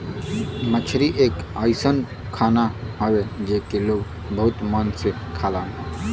मछरी एक अइसन खाना हौ जेके लोग बहुत मन से खालन